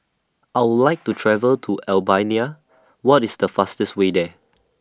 I Would like to travel to Albania What IS The fastest Way There